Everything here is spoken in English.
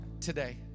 today